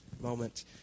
moment